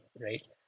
Right